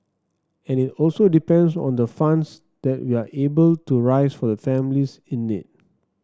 and it also depends on the funds that we are able to raise for the families in need